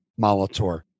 Molitor